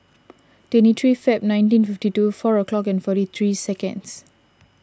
twenty three Feb nineteen fifty two four o'clock forty three seconds